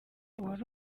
uwari